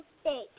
state